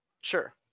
sure